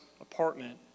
apartment